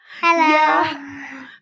Hello